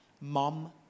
Mom